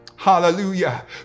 Hallelujah